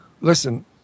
listen